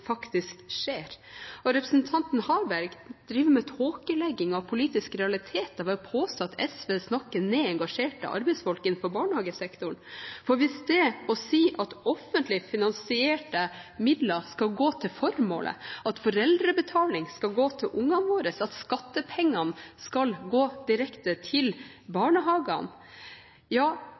faktisk skjer. Representanten Harberg driver med tåkelegging av politiske realiteter ved å påstå at SV snakker ned engasjerte arbeidsfolk innenfor barnehagesektoren. Hvis det å si at offentlig finansierte midler skal gå til formålet, at foreldrebetaling skal gå til ungene våre, og at skattepengene skal gå direkte til barnehagene